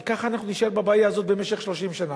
כי ככה אנחנו נישאר בבעיה הזאת 30 שנה.